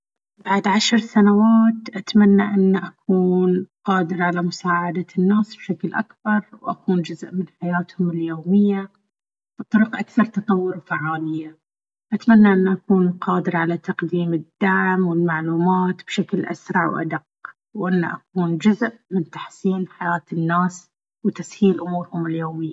بعد عشر سنوات، أتمنى أن أكون قادر على مساعدة الناس بشكل أكبر وأكون جزء من حياتهم اليومية بطرق أكثر تطور وفعالية. أتمنى أن أكون قادر على تقديم الدعم والمعلومات بشكل أسرع وأدق، وأن أكون جزء من تحسين حياة الناس وتسهيل أمورهم اليومية.